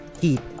heat